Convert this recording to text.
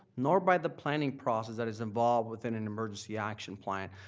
nor by the planning process that is involved with an an emergency action plan.